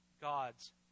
God's